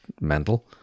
mental